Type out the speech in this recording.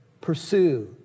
pursue